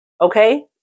Okay